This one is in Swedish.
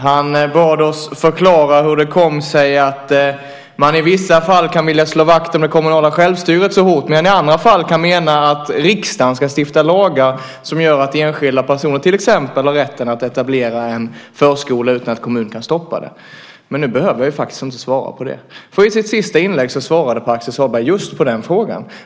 Han bad oss förklara hur det kom sig att man i vissa fall kan vilja slå vakt om det kommunala självstyret så hårt men i andra fall kan mena att riksdagen ska stifta lagar som gör att enskilda personer till exempel har rätten att etablera en förskola utan att kommunen kan stoppa det. Men nu behöver jag faktiskt inte svara på det, för i sitt sista inlägg svarade Pär Axel Sahlberg just på den frågan.